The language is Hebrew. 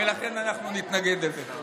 ולכן אנחנו נתנגד לזה.